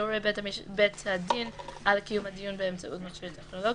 יורה בית הדין על קיום הדיון באמצעות מכשיר טכנולוגי,